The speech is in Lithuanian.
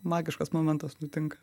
magiškas momentas nutinka